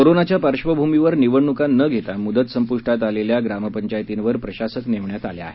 कोरोनाच्या पार्श्वभूमीवर निवडणूका न घेता मृदत संपृष्टात आलेल्या ग्रामपंचायतीनवर प्रशासक नेमण्यात आले आहे